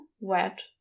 wet